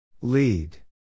Lead